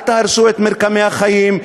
אל תהרסו את מרקמי החיים.